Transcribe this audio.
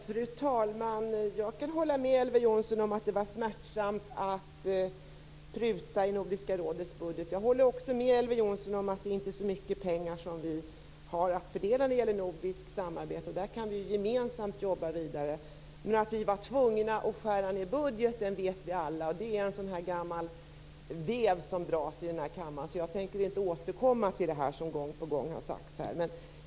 Fru talman! Jag kan hålla med Elver Jonsson om att det var smärtsamt att pruta på Nordiska rådets budget. Jag håller också med honom om att det inte är så mycket pengar vi har att fördela när det gäller nordiskt samarbete. Där kan vi gemensamt jobba vidare. Vi var tvungna att skära ned budgeten - det vet vi alla. Det är en gammal vev som dras i den här kammaren. Jag tänker därför inte återkomma till det som gång på gång har sagts här.